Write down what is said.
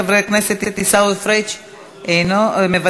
חבר הכנסת עיסאווי פריג' מוותר,